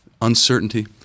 Uncertainty